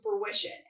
fruition